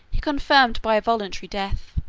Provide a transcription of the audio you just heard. he confirmed by a voluntary death.